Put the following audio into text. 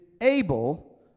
able